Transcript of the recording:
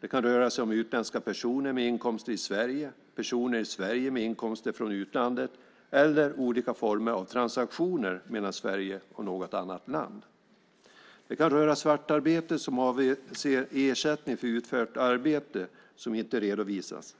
Det kan röra sig om utländska personer med inkomster i Sverige, personer i Sverige med inkomster från utlandet eller olika former av transaktioner mellan Sverige och något annat land. Det kan röra svartarbete som avser ersättning för utfört arbete som inte redovisas.